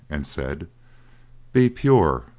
and said be pure,